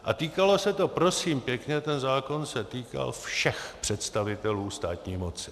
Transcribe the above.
A týkalo se to prosím pěkně, ten zákon se týkal všech představitelů státní moci.